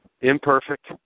imperfect